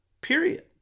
Period